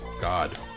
God